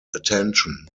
attention